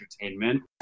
entertainment